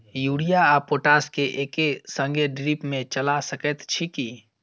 Urea आ potash केँ एक संगे ड्रिप मे चला सकैत छी की?